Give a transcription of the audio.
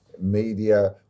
media